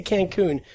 Cancun